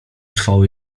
trwało